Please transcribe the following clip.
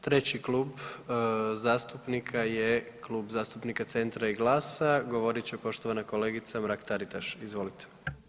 Treći klub zastupnika je Klub zastupnika Centra i GLAS-a, govorit će poštovana kolegica Mrak-Taritaš, izvolite.